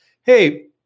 Hey